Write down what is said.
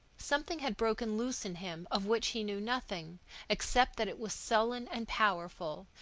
something had broken loose in him of which he knew nothing except that it was sullen and powerful,